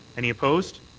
any opposed?